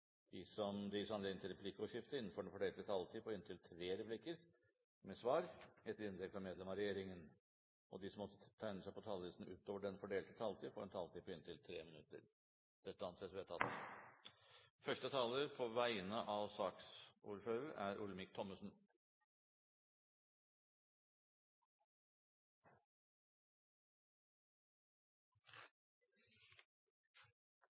de som måtte tegne seg på talerlisten utover den fordelte taletid, får en taletid på inntil 3 minutter. – Det anses vedtatt. Første taler er Olemic Thommessen, som får ordet på vegne av